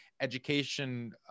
education